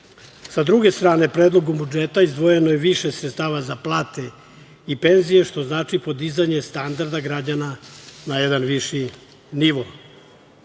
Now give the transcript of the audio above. S druge strane, Predlogom budžeta izdvojeno je više sredstava za plate i penzije, što znači podizanje standarda građana na jedan viši nivo. Na